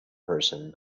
person